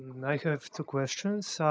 i have two questions. so